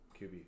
qb